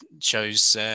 shows